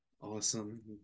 Awesome